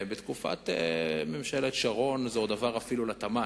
בתקופת ממשלת שרון זה עוד עבר אפילו לתמ"ת,